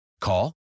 Call